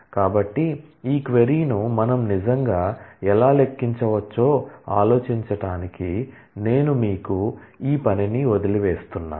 కాబట్టి ఈ క్వరీ ను మనం నిజంగా ఎలా లెక్కించవచ్చో ఆలోచించటానికి నేను మీకు ఈ పనిని వదిలివేస్తున్నాను